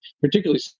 particularly